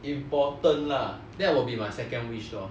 important lah that will be my second wish lor